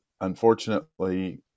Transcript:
unfortunately